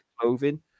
clothing